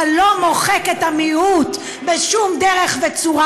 אבל לא מוחק את המיעוט בשום דרך וצורה.